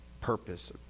purpose